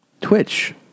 Twitch